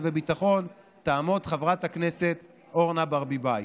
וביטחון תעמוד חברת הכנסת אורנה ברביבאי.